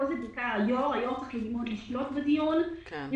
פה זה בעיקר היושב-ראש היו"ר צריך ללמוד